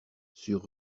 sur